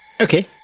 Okay